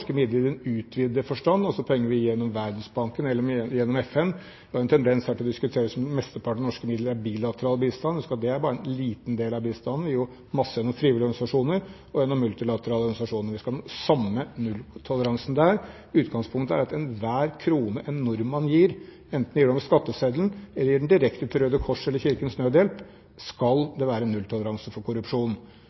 norske midler i den utvidede forstand, altså penger vi gir gjennom Verdensbanken eller gjennom FN. Det har vært en tendens her til å diskutere dette som om mesteparten av de norske midlene er bilateral bistand. Husk at det er bare en liten del av bistanden. Vi gir masse gjennom frivillige organisasjoner og gjennom multilaterale organisasjoner. Vi skal ha den samme nulltoleransen der. Utgangspunktet er at for hver krone en nordmann gir, enten de gir det gjennom skatteseddelen eller gir den direkte til Røde Kors eller Kirkens Nødhjelp, skal det være nulltoleranse for korrupsjon.